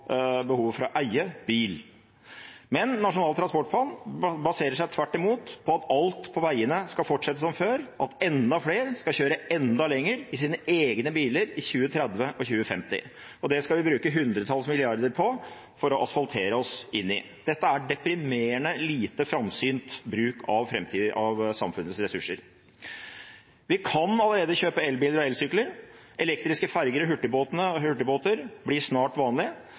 behovet for å eie bil. Men Nasjonal transportplan baserer seg tvert imot på at alt på veiene skal fortsette som før, at enda flere skal kjøre enda lenger i sine egne biler – i 2030 og 2050. Det skal vi bruke hundretalls milliarder på for å asfaltere oss inn i. Dette er deprimerende lite framsynt bruk av samfunnets ressurser. Vi kan allerede kjøpe elbiler og elsykler. Elektriske ferger og hurtigbåter blir snart vanlig.